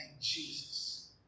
Jesus